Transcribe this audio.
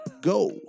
Go